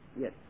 Yes